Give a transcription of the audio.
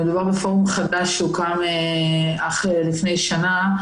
מדובר בפורום חדש שהוקדם אך לפני שנה,